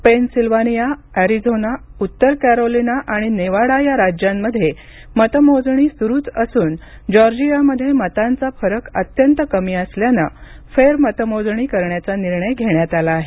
Pennsylvania Arizona उत्तर Carolina आणि Nevada या राज्यांमध्ये मतमोजणी सुरुच असून जॉर्जियामध्ये मतांचा फरक अत्यंत कमी असल्यानं फेरमतमोजणी करण्याचा निर्णय घेण्यात आला आहे